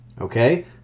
Okay